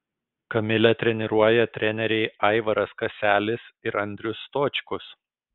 kamilę treniruoja treneriai aivaras kaselis ir andrius stočkus